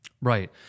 Right